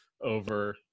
over